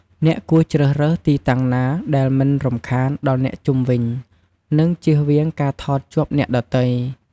អ្នកគួរជ្រើសរើសទីតាំងណាដែលមិនរំខានដល់អ្នកជុំវិញ និង ជៀសវាងការថតជាប់អ្នកដទៃ។